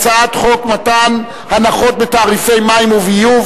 הצעת חוק מתן הנחות בתעריפי מים וביוב